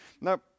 Now